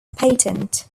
patent